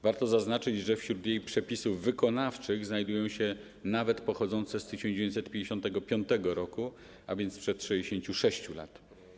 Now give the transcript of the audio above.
Warto zaznaczyć, że wśród jej przepisów wykonawczych znajdują się nawet pochodzące z 1955 r., a więc sprzed 66 lat.